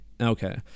Okay